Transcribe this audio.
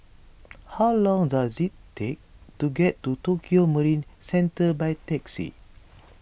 how long does it take to get to Tokio Marine Centre by taxi